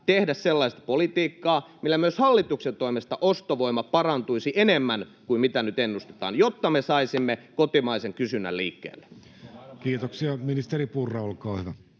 tehdä sellaista politiikkaa, millä myös hallituksen toimesta ostovoima parantuisi enemmän kuin mitä nyt ennustetaan, jotta me saisimme kotimaisen kysynnän liikkeelle? Kiitoksia. — Ministeri Purra, olkaa hyvä.